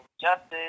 justice